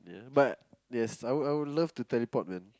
but yes I would I would love to teleport man